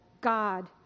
God